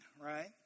right